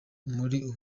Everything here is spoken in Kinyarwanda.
buri